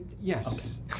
Yes